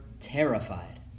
terrified